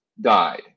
died